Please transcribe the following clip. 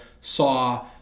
saw